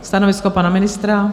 Stanovisko pana ministra?